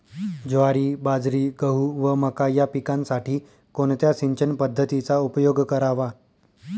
ज्वारी, बाजरी, गहू व मका या पिकांसाठी कोणत्या सिंचन पद्धतीचा उपयोग करावा?